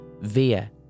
via